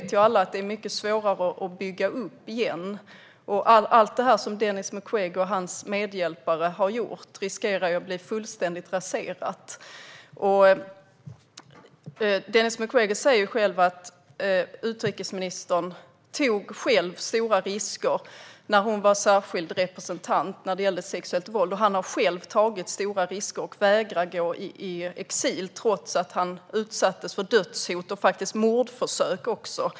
Vi vet alla att det är mycket svårare att bygga upp igen, och allt det som Denis Mukwege och hans medhjälpare har gjort riskerar att bli fullständigt raserat. Denis Mukwege säger att utrikesministern själv tog stora risker när hon var särskild representant när det gäller sexuellt våld. Han har själv tagit stora risker och vägrar att gå i exil trots att han har utsatts för dödshot och även mordförsök.